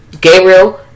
Gabriel